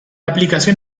aplicación